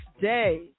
day